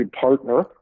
partner